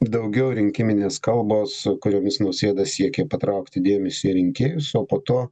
daugiau rinkiminės kalbos kuriomis nausėda siekia patraukti dėmesį į rinkėjus o po to